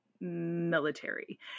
military